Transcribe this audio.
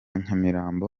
nyamirambo